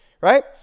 right